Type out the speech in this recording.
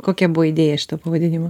kokia buvo idėja šito pavadinimo